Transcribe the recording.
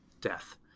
death